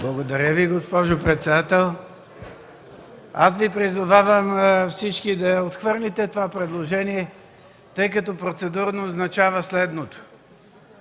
Благодаря Ви, госпожо председател. Аз призовавам всички да отхвърлите това предложение, тъй като процедурно означава следното